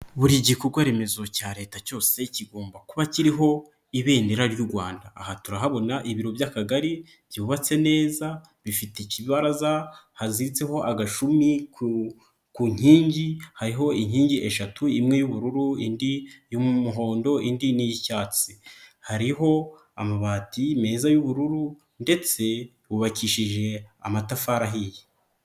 Buri gikorwa remezo cya leta cyose kigomba kuba kiriho ibendera ry'u Rwanda, aha turahabona ibiro by'akagari byubatse neza bifite ikibaraza haziritseho agashumi ku ku nkingi, hariho inkingi eshatu imwe y'ubururu indi y'umuhondo indi n'iy'icyatsi, hariho amabati meza y'ubururu ndetse hubakishije amatafari ahiye.